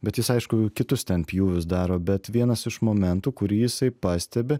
bet jis aišku kitus ten pjūvius daro bet vienas iš momentų kurį jisai pastebi